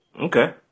Okay